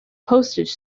postage